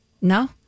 No